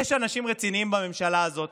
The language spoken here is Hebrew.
יש אנשים רציניים בממשלה הזאת.